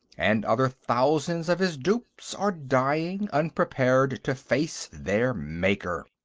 and other thousands of his dupes are dying, unprepared to face their maker!